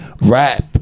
rap